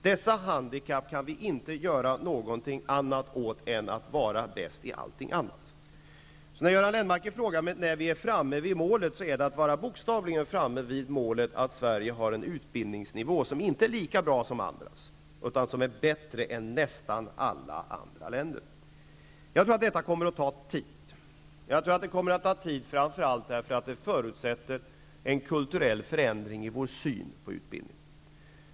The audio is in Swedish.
Dessa handikapp kan vi inte göra någonting annat åt än att vara bäst i allting annat. Då Göran Lennmarker frågar mig när vi är framme vid målet, så handlar det om att vi bokstavligen är framme vid målet att Sverige har en utbildningsnivå som inte är lika bra som andra länders utan som är bättre än nästan alla andra länders. Jag tror att detta kommer att ta tid, framför allt därför att det förutsätter en kulturell förändring i vår syn på utbildning.